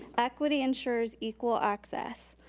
equity ensures equal access.